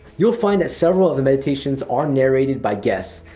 you'll find that several of the meditations are narrated by guests,